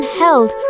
held